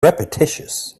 repetitious